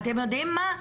ואתם יודעים מה?